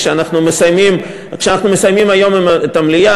כשאנחנו מסיימים היום את המליאה,